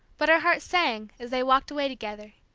but her heart sang, as they walked away together.